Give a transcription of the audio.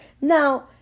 Now